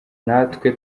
natwe